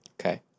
Okay